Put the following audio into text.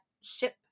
ship